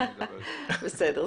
בסדר.